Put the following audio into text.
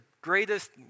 greatest